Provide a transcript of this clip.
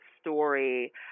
story